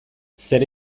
zer